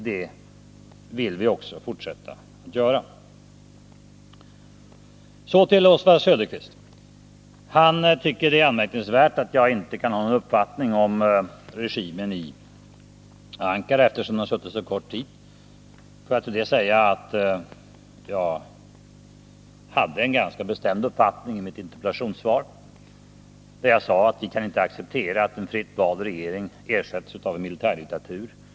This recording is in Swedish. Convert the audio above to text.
Det vill vi också fortsätta att göra. Så till Oswald Söderqvist. Han tycker att det är anmärkningsvärt att jag inte kan ha någon uppfattning om regimen i Ankara eftersom den har suttit så kort tid. Får jag till det säga att jag hade en ganska bestämd uppfattning i mitt interpellationssvar. Jag sade där att vi inte kan acceptera att en fritt vald regering ersätts av en militärdiktatur.